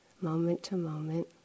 moment-to-moment